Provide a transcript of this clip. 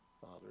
Father